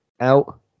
out